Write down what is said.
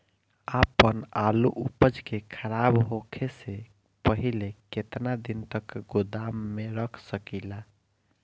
आपन आलू उपज के खराब होखे से पहिले केतन दिन तक गोदाम में रख सकिला?